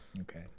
Okay